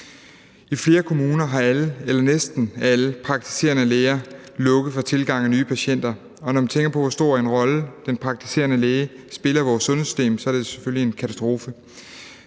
I flere kommuner har næsten alle praktiserende læger lukket for tilgang af nye patienter, og når man tænker på, hvor stor en rolle den praktiserende læge spiller i vores sundhedssystem, er det selvfølgelig en katastrofe.